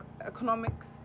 economics